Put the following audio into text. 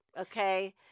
Okay